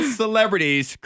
celebrities